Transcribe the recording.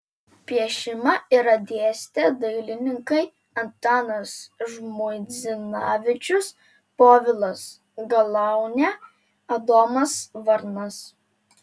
piešimą yra dėstę dailininkai antanas žmuidzinavičius povilas galaunė adomas varnas